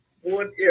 one